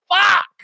fuck